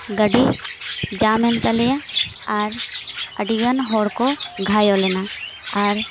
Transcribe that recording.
ᱜᱟᱹᱰᱤ ᱡᱟᱢᱮᱱ ᱛᱟᱞᱮᱭᱟ ᱟᱨ ᱟᱹᱰᱤᱜᱟᱱ ᱦᱚᱲ ᱠᱚ ᱜᱷᱟᱭᱚᱞᱮᱱᱟ ᱟᱨ